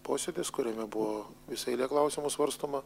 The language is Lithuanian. posėdis kuriame buvo visa eilė klausimų svarstoma